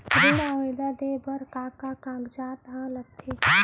ऋण आवेदन दे बर का का कागजात ह लगथे?